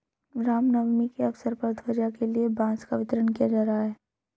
राम नवमी के अवसर पर ध्वजा के लिए बांस का वितरण किया जा रहा है